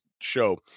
show –